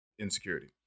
insecurity